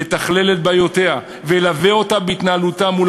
יתכלל את בעיותיה וילווה אותה בהתנהלותה מול